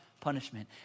punishment